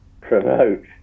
promote